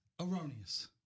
Erroneous